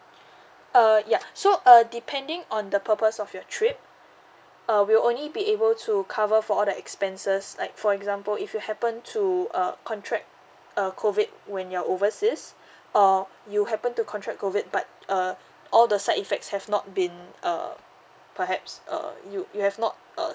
uh ya so uh depending on the purpose of your trip uh we'll only be able to cover for all the expenses like for example if you happen to uh contract uh COVID when you're overseas uh you happen to contract COVID but uh all the side effects have not been uh perhaps uh you you have not uh